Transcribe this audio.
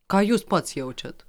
ką jūs pats jaučiat